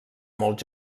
molt